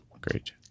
Great